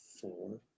four